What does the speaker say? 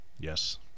Yes